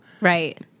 right